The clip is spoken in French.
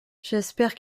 j’espère